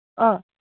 ꯑꯥ